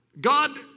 God